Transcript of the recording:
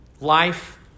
Life